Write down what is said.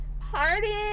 party